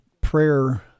prayer